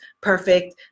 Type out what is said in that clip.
perfect